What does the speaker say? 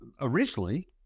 originally